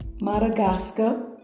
Madagascar